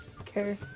Okay